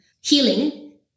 healing